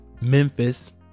memphis